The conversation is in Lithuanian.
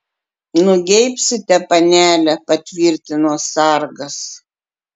nugeibsite panele patvirtino sargas